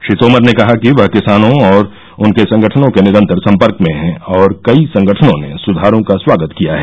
श्री तोमर ने कहा कि वह किसानों और उनके संगठनों के निरंतर संपर्क में हैं और कई संगठनों ने सुधारों का स्वागत किया है